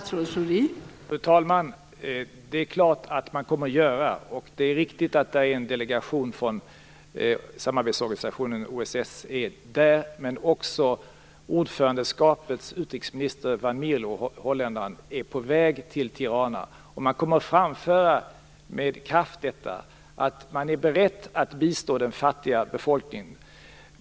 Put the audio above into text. Fru talman! Det är klart att man kommer att göra. Det är också riktigt att en delegation från samarbetsorganisationen OSSE är där. Men även ordförandeskapets utrikesminister, holländaren van Mierlo, är på väg till Tirana. Man kommer med kraft att framföra att man är beredd att bistå den fattiga befolkningen.